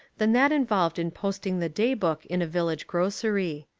than that involved in post ing the day book in a village grocery.